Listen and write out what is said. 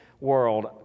world